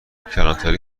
کلانتری